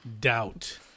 doubt